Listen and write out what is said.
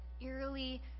eerily